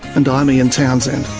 and i'm ian townsend